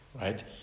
right